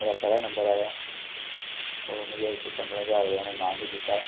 मेरा पैह्ला नम्बर आया होर मिगी ओहदे च पदरां ज्हार रपेआ उनें इनाम बी दित्ता